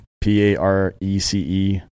P-A-R-E-C-E